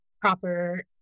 proper